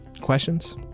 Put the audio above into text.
Questions